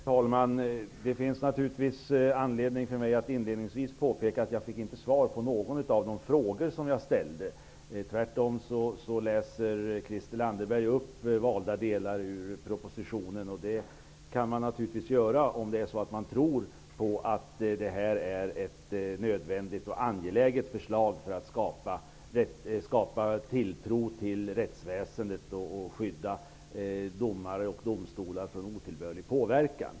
Herr talman! Det finns anledning för mig att inledningsvis påpeka att jag inte fick svar på någon av de frågor som jag ställde. Christel Anderberg läser tvärtom upp valda delar ur propositionen. Det kan man naturligtvis göra om man tror att detta är ett nödvändigt och angeläget förslag för att skapa tilltro till rättsväsendet och skydda domare och domstolar från otillbörlig påverkan.